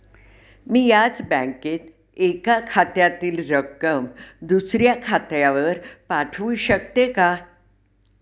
मी याच बँकेत एका खात्यातील रक्कम दुसऱ्या खात्यावर पाठवू शकते का?